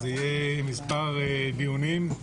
זה יהיה במספר דיונים.